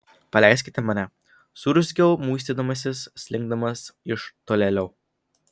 paleiskite mane suurzgiau muistydamasis slinkdamas iš tolėliau